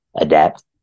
adapt